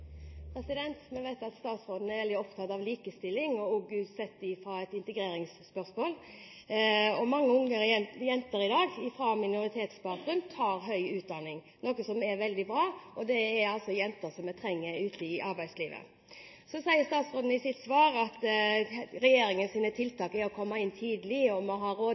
Vi vet at statsråden er veldig opptatt av likestilling, også sett ut fra et integreringsperspektiv. Mange unge jenter i dag med minoritetsbakgrunn tar høy utdanning, noe som er veldig bra – det er jenter vi trenger ute i arbeidslivet. Så sier statsråden i sitt svar at regjeringens tiltak er å komme inn tidlig, og at en har